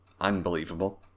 Unbelievable